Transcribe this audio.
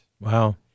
Wow